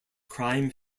crime